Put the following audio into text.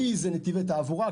כי זה נתיבי תעבורה,